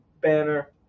banner